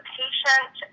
patient